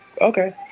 Okay